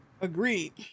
agreed